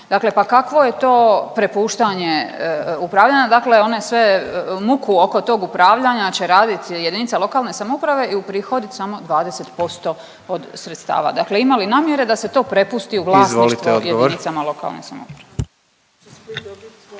Dakle, pa kakvo je to prepuštanje upravljanja, dakle one svu muku oko tog upravljanja će radit jedinica lokalne samouprave i uprihodit samo 20% od sredstava. Dakle, ima li namjere da se to prepusti u vlasništvo jedinicama lokalne samouprave?